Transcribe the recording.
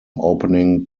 opening